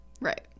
Right